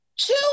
Two